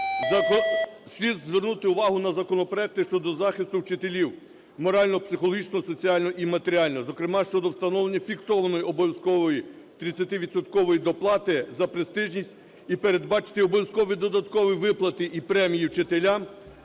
Слід звернути увагу на законопроекти щодо захисту вчителів: морально-психологічного, соціального і матеріального, зокрема щодо встановлення фіксованої обов'язкової 30-відсоткової доплати за престижність і передбачити обов'язкові додаткові виплати і премії вчителям,